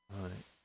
right